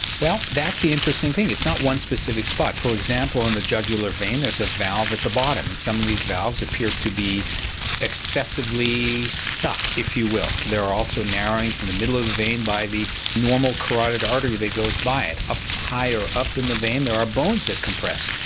well that's the interesting thing it's not one specific spot. for example in the jugular vein there's a valve at the bottom and some of these valves appear to be excessively stuck if you will. there are also narrowings in the middle of the vein by the normal carotid artery that goes by it. higher up in the vein there are bones that compress.